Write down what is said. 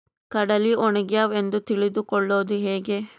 ಕಡಲಿ ಒಣಗ್ಯಾವು ಎಂದು ತಿಳಿದು ಕೊಳ್ಳೋದು ಹೇಗೆ?